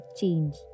change